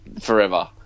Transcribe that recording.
forever